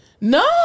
no